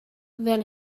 then